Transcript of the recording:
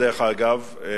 דרך אגב,